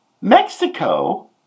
Mexico